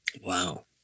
Wow